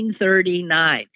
1939